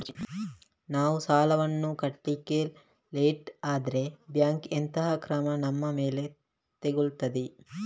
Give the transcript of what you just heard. ನಾವು ಸಾಲ ವನ್ನು ಕಟ್ಲಿಕ್ಕೆ ಲೇಟ್ ಆದ್ರೆ ಬ್ಯಾಂಕ್ ಎಂತ ಕ್ರಮ ನಮ್ಮ ಮೇಲೆ ತೆಗೊಳ್ತಾದೆ?